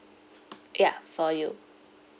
ya for you